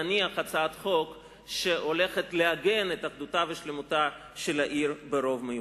נניח הצעת חוק לעגן את אחדותה ואת שלמותה של העיר ברוב מיוחד.